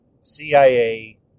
CIA